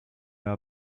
know